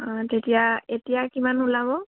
অঁ যেতিয়া এতিয়া কিমান ওলাব